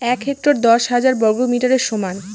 এক হেক্টর দশ হাজার বর্গমিটারের সমান